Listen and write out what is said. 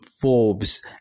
Forbes